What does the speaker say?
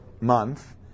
month